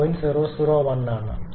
001 ആണ്